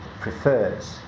prefers